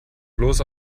bloß